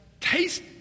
taste